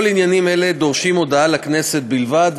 כל העניינים האלה דורשים הודעה לכנסת בלבד,